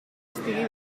estigui